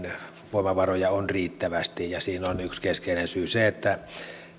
voimavaroja on riittävästi ja siihen on yksi keskeinen syy se että